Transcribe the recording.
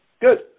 good